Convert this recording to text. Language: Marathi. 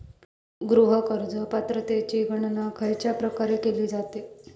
गृह कर्ज पात्रतेची गणना खयच्या प्रकारे केली जाते?